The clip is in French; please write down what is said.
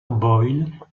boyle